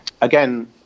again